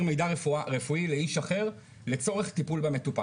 מידע רפואי לאיש אחר לצורך טיפול במטופל,